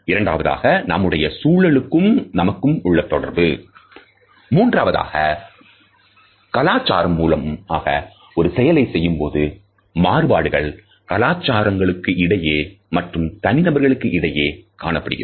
இரண்டாவதாக நம்முடைய சூழலுக்கும் நமக்கும் உள்ள தொடர்பு மூன்றாவதாக கலாச்சாரம் மூலமாக ஒரு செயலை செய்யும் போது மாறுபாடுகள் கலாச்சாரங்களுக்கு இடையே மற்றும் தனி நபர்களுக்கு இடையே காணப்படுகிறது